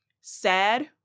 sad